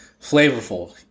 flavorful